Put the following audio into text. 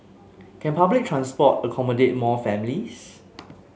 can public transport accommodate more families